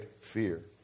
fear